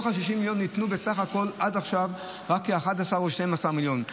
עד עכשיו מה-60 מיליון ניתנו בסך הכול רק כ-11 או 12 מיליונים.